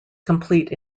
complete